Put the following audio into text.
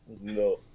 No